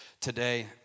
today